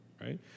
right